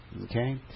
Okay